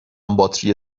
باتری